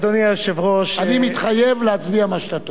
אני מתחייב להצביע מה שאתה תאמר.